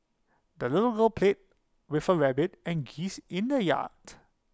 the little girl played with her rabbit and geese in the yard